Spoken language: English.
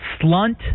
Slunt